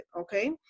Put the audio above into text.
okay